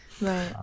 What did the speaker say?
Right